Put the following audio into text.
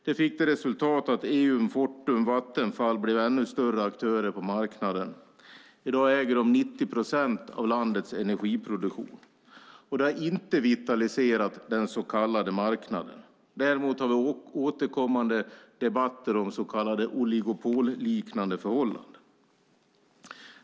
Det fick till resultat att Eon, Fortum och Vattenfall blev ännu större aktörer på marknaden. I dag äger de 90 procent av landets energiproduktion. Det har inte vitaliserat den så kallade marknaden. Däremot har vi återkommande debatter om så kallade oligopolliknande förhållanden.